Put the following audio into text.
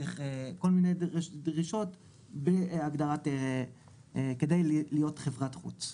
צריך כל מיני דרישות בעבור ההגדרה וכדי להיות חברת חוץ.